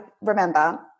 remember